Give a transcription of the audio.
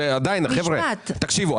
תקשיבו,